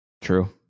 True